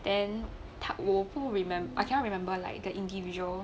then 他我不 remem~ I cannot remember like the individual